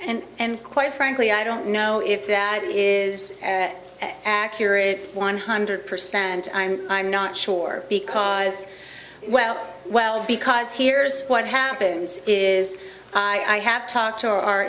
lot and quite frankly i don't know if that is accurate one hundred percent i'm i'm not sure because well well because here's what happens is i have talked to